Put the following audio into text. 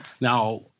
Now